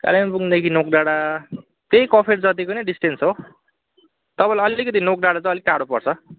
कालिम्पोङदेखि नोकडाँडा त्यही कफेर जत्तिकै नै डिस्टेन्स हो तपाईँलाई अलिकति नोकडाँडा चाहिँ अलिक टाढो पर्छ